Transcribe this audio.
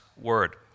word